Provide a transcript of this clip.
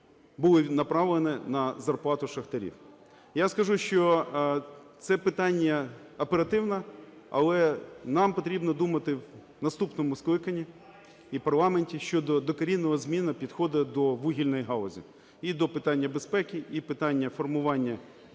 були направлені на зарплату шахтарів. Я скажу, що це питання оперативне. Але нам потрібно думати в наступному скликанні і парламенті щодо докорінної зміни підходу до вугільної галузі і до питання безпеки, і питання формування роботи